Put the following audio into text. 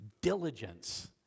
diligence